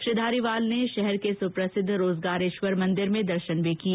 श्री धारीवाल ने शहर के सुप्रसिद्ध रोजगारेश्वर मंदिर में दर्शन भी किए